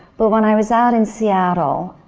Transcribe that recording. but when i was out in seattle,